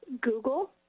Google